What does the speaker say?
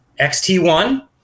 xt1